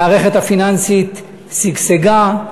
המערכת הפיננסית שגשגה,